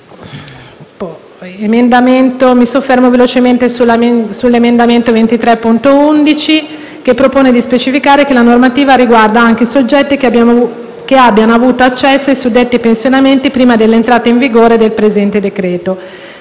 Mi soffermo velocemente sull'emendamento 23.11, il quale propone di specificare che la normativa riguarda anche i soggetti che abbiano avuto accesso ai suddetti pensionamenti prima dell'entrata in vigore del presente decreto.